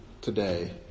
today